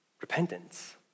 repentance